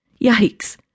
Yikes